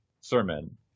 sermon